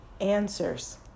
answers